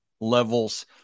levels